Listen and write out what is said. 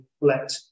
let